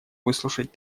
выслушать